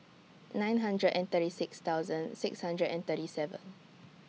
nine hundred and thirty six thousand six hundred and thirty seven